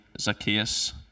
Zacchaeus